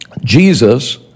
Jesus